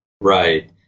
Right